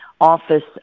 office